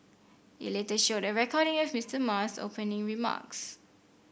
it later showed a recording of Mister Ma's opening remarks